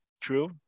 true